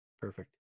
Perfect